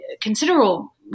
considerable